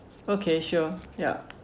okay sure yup